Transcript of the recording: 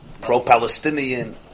Pro-Palestinian